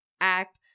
act